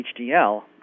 HDL